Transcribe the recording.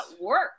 work